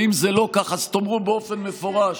ואם זה לא כך, אז תאמרו באופן מפורש